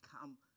come